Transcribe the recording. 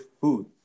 food